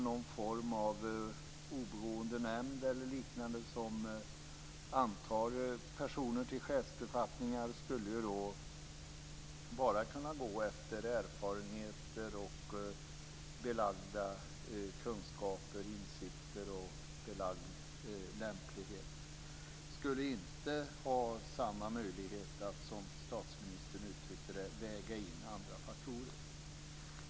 Någon form av oberoende nämnd eller liknande som efter ett ansökningsförfarande antar personer till chefsbefattningar skulle bara kunna gå efter erfarenheter och belagda kunskaper, insikter och belagd lämplighet. Den skulle inte ha samma möjlighet att som statsministern uttryckte det väga in andra faktorer.